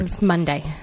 Monday